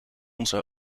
onze